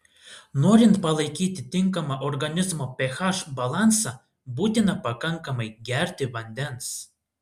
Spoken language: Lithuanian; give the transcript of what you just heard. norint palaikyti tinkamą organizmo ph balansą būtina pakankamai gerti vandens